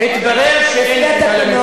התברר שאין תשובה לממשלה.